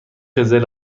قزل